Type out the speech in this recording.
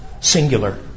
singular